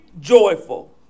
joyful